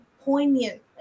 poignant